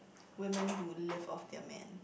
women who live off their men